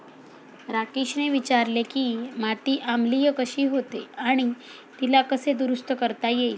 राकेशने विचारले की माती आम्लीय कशी होते आणि तिला कसे दुरुस्त करता येईल?